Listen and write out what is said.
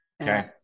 okay